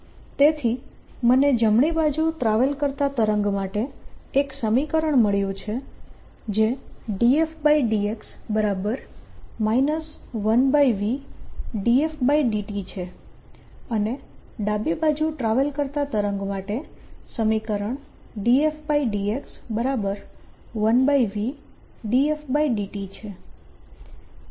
∂u∂t v∂f∂u ∂f∂x∂f∂u 1v∂f∂t તેથી મને જમણી બાજુ ટ્રાવેલ કરતા તરંગ માટે એક સમીકરણ મળ્યું છે જે ∂f∂x 1v∂f∂t છે અને ડાબી બાજુ ટ્રાવેલ કરતા તરંગ માટે સમીકરણ ∂f∂x1v∂f∂t છે